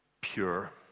pure